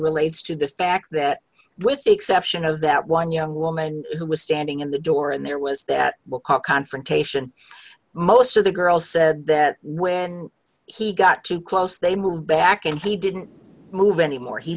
relates to the fact that with the exception of that one young woman who was standing in the door and there was that will call confrontation most of the girls said that when he got too close they moved back and he didn't move anymore he